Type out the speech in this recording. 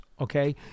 okay